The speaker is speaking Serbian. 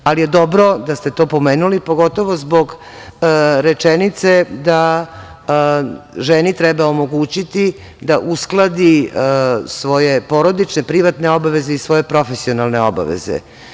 Dobro je da ste to pomenuli, pogotovo zbog rečenice da ženi treba omogućiti da uskladi svoje porodične privatne obaveze i svoje profesionalne obaveze.